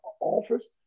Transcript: office